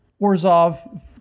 Orzov